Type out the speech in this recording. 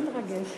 אני מתרגשת